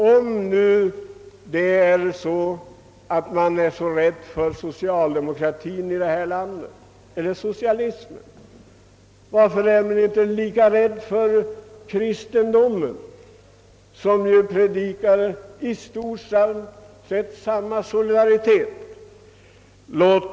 Om man nu i detta land är så rädd för socialdemokrati och socialism, varför är man då inte lika rädd för kristendomen, som ju predikar i stort sett samma solidaritetslära?